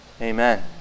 Amen